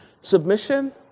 submission